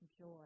joy